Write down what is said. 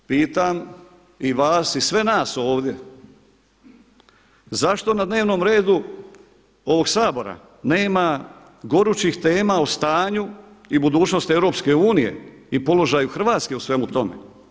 Pitam i vas i sve nas ovdje, zašto na dnevnom redu ovog Sabora nema gorućih tema o stanju i budućnosti EU i položaju Hrvatske u svemu tome?